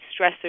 stressors